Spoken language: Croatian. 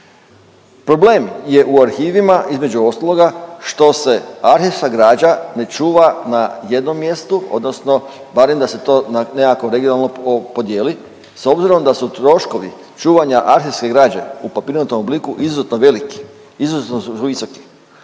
Problem je u arhivima između ostaloga, što se arhivska građa ne čuva na jednom mjestu odnosno barem da se to na nekakvo regionalno podijeli s obzirom da su troškovi čuvanja arhivske građe u papirnatom obliku izuzetno veliki, izuzetno su visoki